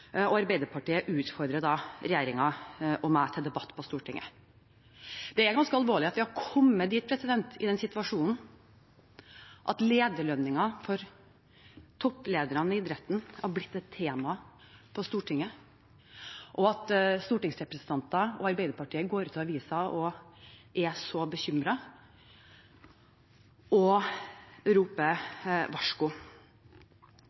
Arbeiderpartiet utfordrer da regjeringen og meg til debatt på Stortinget. Det er ganske alvorlig at vi har kommet i en situasjon der lønningene til topplederne i idretten har blitt et tema på Stortinget, og at stortingsrepresentanter og Arbeiderpartiet går ut i avisen og er så bekymret og